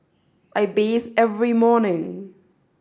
I bathe every morning